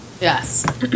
yes